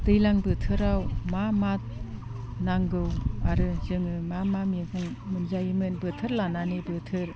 दैज्लां बोथोराव मा मा नांगौ आरो जोङो मा मा मैगं मोनजायोमोन बोथोर लानानै बोथोर